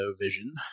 vision